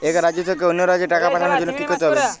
এক রাজ্য থেকে অন্য রাজ্যে টাকা পাঠানোর জন্য কী করতে হবে?